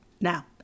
Now